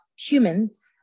humans